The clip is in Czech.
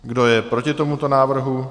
Kdo je proti tomuto návrhu?